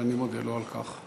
ואני מודה לו על כך.